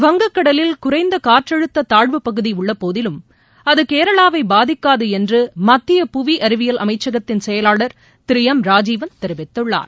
வங்கக் கடலில் குறைந்த காற்றழுத்த தாழ்வு பகுதி உள்ளபோதும் அது கேரளாவை பாதிக்காது என்று மத்திய புவி அறிவியல் அமைச்சகத்தின் செயலாளர் திரு எம் ராஜீவன் தெரிவித்துள்ளார்